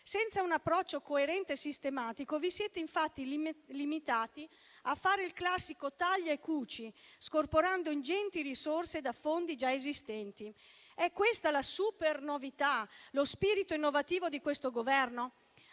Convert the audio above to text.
Senza un approccio coerente e sistematico, vi siete infatti limitati a fare il classico taglia e cuci, scorporando ingenti risorse da fondi già esistenti. È questa la supernovità, lo spirito innovativo di questo Governo?